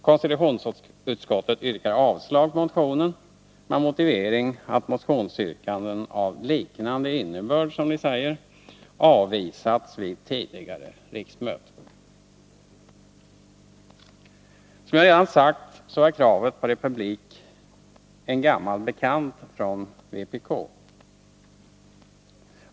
Konstitutionsutskottet yrkar avslag på motionen med motivering att motionsyrkanden av liknande innebörd, som det sägs, avvisats vid tidigare riksmöten. Som jag redan sagt är kravet på republik en gammal bekant från vpk.